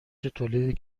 تولید